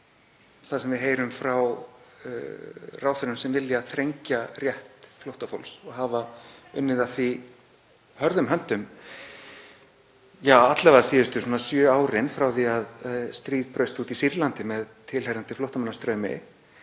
það sem við heyrum frá ráðherrum sem vilja þrengja rétt flóttafólks og hafa unnið að því hörðum höndum, alla vega síðustu sjö árin frá því að stríð braust út í Sýrlandi með tilheyrandi flóttamannastraumi,